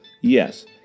Yes